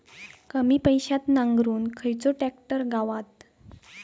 कमी पैशात नांगरुक खयचो ट्रॅक्टर गावात?